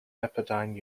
pepperdine